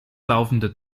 laufende